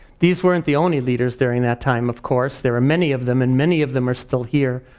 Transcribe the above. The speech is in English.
these weren't the only leaders during that time, of course. there are many of them and many of them are still here,